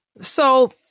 So-